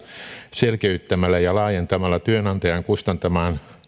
selkeyttämällä ja laajentamalla työnantajan kustantaman